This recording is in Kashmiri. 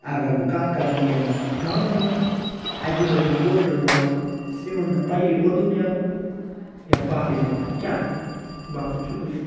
اَگر بہٕ کَتھ کَرٕ وُنٛکیٚس گامَن منٛز اَتہِ یُہوے وُنیہِ کٲشُر بولان یِمَن نہٕ پَیی اردو کیٛاہ گوٚو یا باقٕے زبانہٕ کیٛاہ گٔے باقٕے شُکریہ